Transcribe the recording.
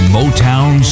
Motown